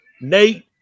Nate